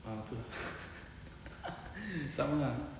ah tu lah sama ah